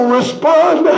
respond